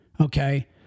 Okay